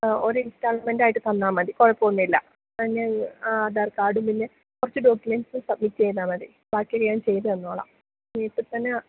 ആ ഒരു ഇൻസ്റ്റാൾമെൻറ്റായിട്ട് തന്നാൽ മതി കുഴപ്പമൊന്നുമില്ല പിന്നെ ആധാർ കാർഡ് പിന്നെ കുറച്ച് ഡോക്കുമെൻറ്റ്സ് സബ്മിറ്റ് ചെയ്താൽ മതി ബാക്കി ഞാൻ ചെയ്ത് തന്നോളം ഇപ്പം തന്നെ